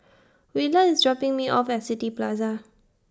Willard IS dropping Me off At City Plaza